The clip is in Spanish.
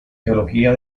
teología